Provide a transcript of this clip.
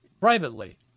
privately